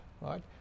right